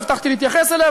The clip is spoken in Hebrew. והבטחתי להתייחס אליה,